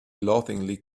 laughingly